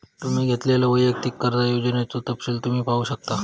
तुम्ही घेतलेल्यो वैयक्तिक कर्जा योजनेचो तपशील तुम्ही पाहू शकता